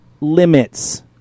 limits